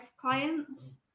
clients